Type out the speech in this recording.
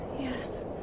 yes